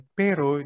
pero